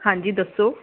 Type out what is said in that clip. ਹਾਂਜੀ ਦੱਸੋ